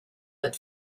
but